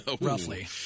Roughly